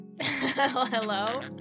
Hello